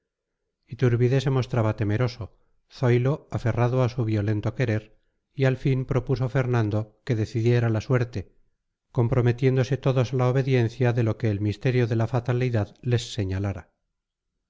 dirigirían iturbide se mostraba temeroso zoilo aferrado a su violento querer y al fin propuso fernando que decidiera la suerte comprometiéndose todos a la obediencia de lo que el misterio de la fatalidad les señalara